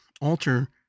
alter